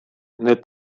nel